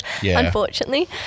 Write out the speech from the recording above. unfortunately